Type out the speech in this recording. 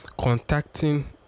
contacting